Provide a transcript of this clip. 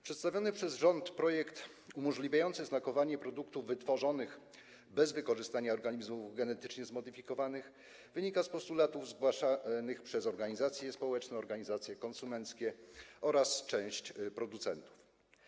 Przedstawiony przez rząd projekt umożliwiający znakowanie produktów wytworzonych bez wykorzystania organizmów genetycznie zmodyfikowanych wynika z postulatów zgłaszanych przez organizacje społeczne, organizacje konsumenckie oraz część producentów.